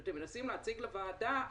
שאתם מנסים להציג לוועדה,